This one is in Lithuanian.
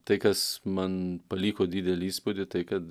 tai kas man paliko didelį įspūdį tai kad